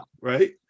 right